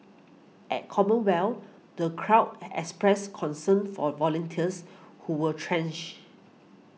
at Commonwealth the crowd expressed concern for volunteers who were drenched